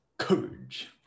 courage